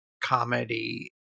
comedy